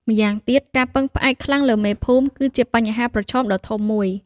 ម៉្យាងទៀតការពឹងផ្អែកខ្លាំងលើមេភូមិ គឺជាបញ្ហាប្រឈមដ៏ធំមួយ។